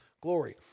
glory